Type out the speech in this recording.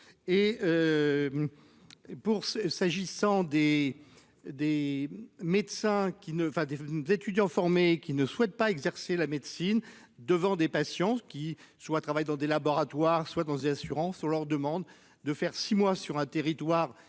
ne va des étudiants formés qui ne souhaite pas exercer la médecine devant des patients qui soient travaillent dans des laboratoires soit dans assurance sur leur demande de faire six mois sur un territoire